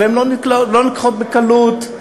הן לא נלקחות בקלות,